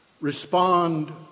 respond